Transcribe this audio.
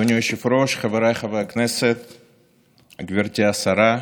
אדוני היושב-ראש, גברתי השרה,